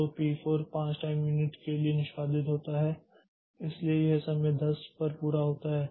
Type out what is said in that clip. तो P 4 5 time unit के लिए निष्पादित होता है इसलिए यह समय 10 पर पूरा होता है